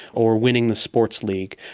or winning the sports league.